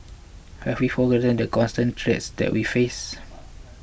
have we forgotten the constant threats that we face